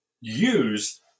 use